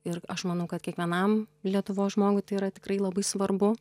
ir aš manau kad kiekvienam lietuvos žmogui tai yra tikrai labai svarbu